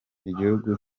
igihugu